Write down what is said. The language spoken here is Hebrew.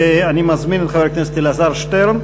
אני מזמין את חבר הכנסת אלעזר שטרן,